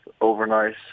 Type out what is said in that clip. overnight